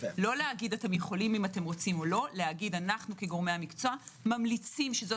להגיד: אנו כגורמי המקצוע ממליצים שזו